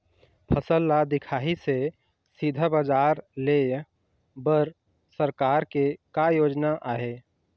फसल ला दिखाही से सीधा बजार लेय बर सरकार के का योजना आहे?